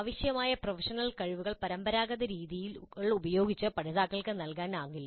ആവശ്യമായ പ്രൊഫഷണൽ കഴിവുകൾ പരമ്പരാഗത രീതികൾ ഉപയോഗിച്ച് പഠിതാക്കൾക്ക് നൽകാനാവില്ല